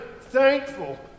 thankful